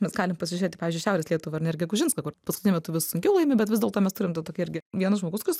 nes galim pasižiūrėti pavyzdžiui šiaurės lietuvą ar ne ir gegužinską kur paskutiniu metu vis sunkiau laimi bet vis dėlto mes turim dar tokį irgi vienas žmogus kas